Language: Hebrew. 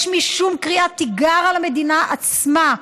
יש משום קריאת תיגר על המדינה עצמה,